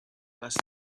must